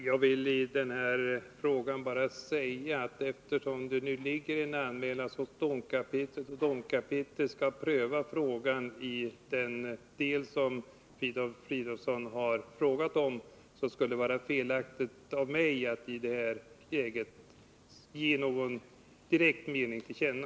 Fru talman! Eftersom det i denna fråga ligger en anmälan hos domkapitlet , som skall pröva ärendet i den del som Filip Fridolfsson har tagit upp, skulle det vara felaktigt av mig att i detta läge ge någon mening till känna.